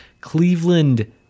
Cleveland